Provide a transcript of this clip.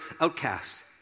outcasts